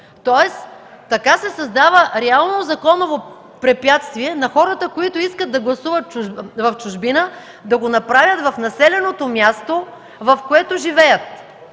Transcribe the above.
тоест така се създава реално законово препятствие за хората, които искат да гласуват в чужбина да го направят в населеното място, в което живеят,